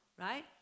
right